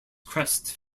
crest